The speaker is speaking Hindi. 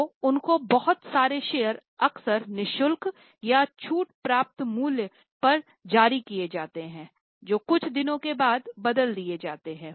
तो उनको बहुत सारे शेयर अक्सर नि शुल्क या छूट प्राप्त मूल्य पर जारी किये जाते हैं जो कुछ दिनों के बाद बदल दिया जाता है